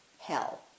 hell